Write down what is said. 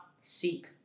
seek